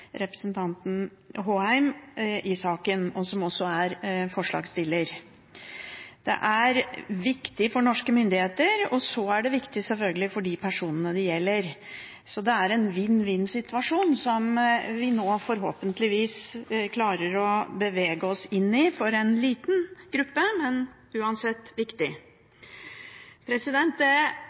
representanten Håheim i saken, som også er forslagsstiller. Det er viktig for norske myndigheter, og så er det selvfølgelig viktig for de personene det gjelder. Så det er en vinn-vinn-situasjon vi nå forhåpentligvis klarer å bevege oss inn i – for en liten gruppe, men uansett viktig. Jeg har også behov for å nevne at det